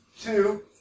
two